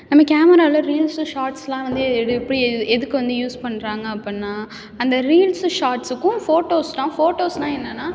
நம்ம கேமராவில் ரீல்ஸு ஷார்ட்ஸ்லாம் வந்து இது எப்படி எதுக்கு வந்து யூஸ் பண்ணுறாங்க அப்புடின்னா அந்த ரீல்ஸு ஷார்ட்ஸுக்கும் ஃபோட்டோஸ்லாம் ஃபோட்டோஸ்னா என்னென்னா